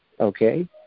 okay